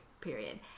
period